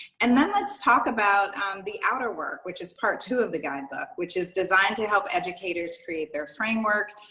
and then let's talk about the outer work which is part two of the guidebook which is designed to help educators create their framework,